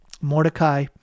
Mordecai